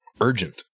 urgent